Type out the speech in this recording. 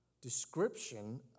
description